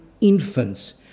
infants